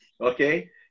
Okay